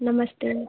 नमस्ते